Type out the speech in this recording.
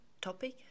topic